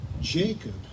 Jacob